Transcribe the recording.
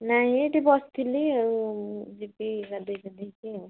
ନାଇଁ ଏଇଠି ବସିଥିଲି ଆଉ ଯିବି ଗାଧୋଇ ପାଧୋଇ କି ଆଉ